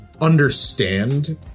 understand